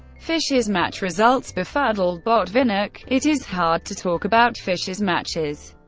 fischer's match results befuddled botvinnik it is hard to talk about fischer's matches.